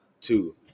Two